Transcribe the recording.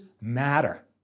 matter